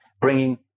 bringing